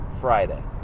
Friday